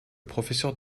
professeurs